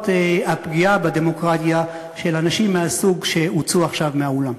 הפגיעה בדמוקרטיה של אנשים מהסוג של האנשים שהוצאו עכשיו מהאולם.